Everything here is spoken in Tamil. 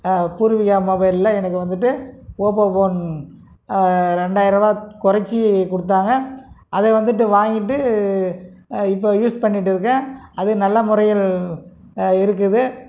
பூர்விகா மொபைலில் எனக்கு வந்துட்டு ஓப்போ போன் ரெண்டாயிரம் ரூபாய் குறைச்சி கொடுத்தாங்க அது வந்துட்டு வாங்கிட்டு இப்போ யூஸ் பண்ணிவிட்டு இருக்கேன் அது நல்ல முறையில் இருக்குது